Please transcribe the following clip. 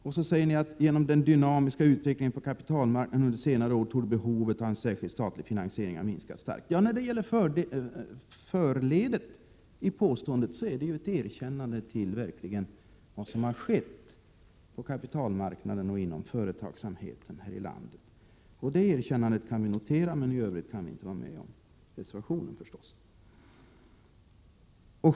Ni säger: ”Genom den dynamiska utvecklingen på kapitalmarknaden under senare år torde behovet av särskild statlig finansiering ha minskat starkt.” Ja, förledet i påståendet är ett erkännande av vad som har skett på kapitalmarknaden och inom företagsamheten här i landet. Det erkännandet kan noteras, men i övrigt kan reservationen självfallet inte biträdas.